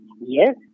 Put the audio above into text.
Yes